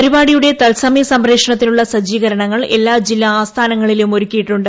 പരിപാടിയുടെ തത്സമയ സംപ്രേഷണത്തിനുള്ള സജ്ജീകരണങ്ങൾ എല്ലാ ജില്ലാ ആസ്ഥാനങ്ങളിലും ഒരുക്കിയിട്ടുണ്ട്